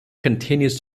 continues